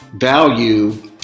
value